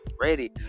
ready